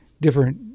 different